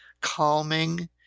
calming